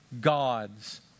God's